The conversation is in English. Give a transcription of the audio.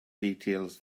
details